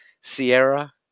Sierra